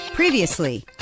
Previously